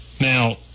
Now